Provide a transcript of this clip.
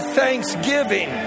thanksgiving